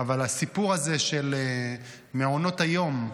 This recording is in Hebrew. אבל הסיפור הזה של מעונות היום,